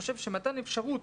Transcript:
מתן אפשרות